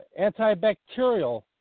antibacterial